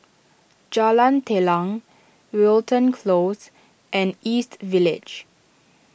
Jalan Telang Wilton Close and East Village